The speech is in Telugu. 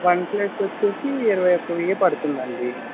వన్ప్లస్ వచ్చేసి ఇరవైఒక్క వెయ్యి పడుతుందండి